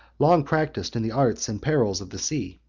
long practised in the arts and perils of the sea.